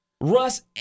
Russ